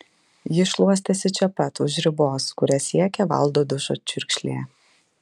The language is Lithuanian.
ji šluostėsi čia pat už ribos kurią siekė valdo dušo čiurkšlė